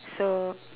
so